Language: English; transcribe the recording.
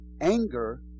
Anger